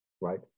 right